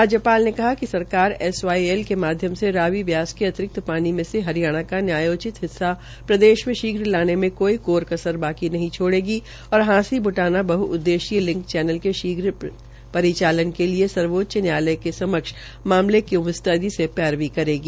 राज्यपाल ने कहा कि सरकार एसवाईएल के माध्यम में रावी व्यास के अतिरिक्त पानी में से हरियाणा का न्योचित हिस्सा शीघ्रलाने मे कोई कसर नहीं छोड़ेगी और हांसी ब्टाना बह्उद्देशीय चैनल के शीघ्रपरिचालन के लिए सर्वोच्च न्यायालय के समक्ष मामले की म्स्तैदी से पैरवी करेगी